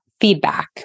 feedback